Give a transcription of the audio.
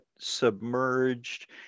submerged